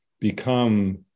become